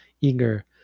eager